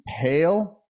pale